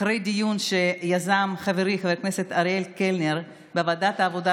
אחרי דיון שיזם חברי חבר הכנסת אריאל קלנר בוועדת העבודה,